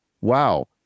wow